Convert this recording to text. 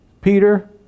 Peter